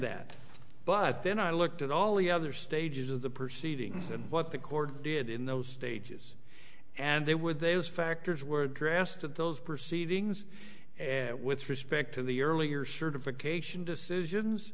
that but then i looked at all the other stages of the proceedings and what the court did in those stages and there were those factors were grassed of those proceedings with respect to the earlier certification decisions